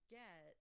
get